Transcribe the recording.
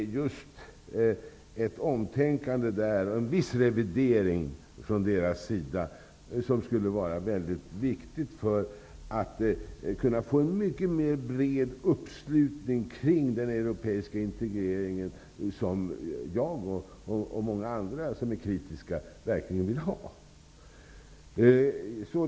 En viss revidering från deras sida skulle vara viktig för möjligheterna att få en mycket bredare uppslutning kring den europeiska integrationen, som jag och många andra som är kritiska ändå verkligen vill ha.